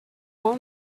all